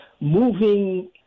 moving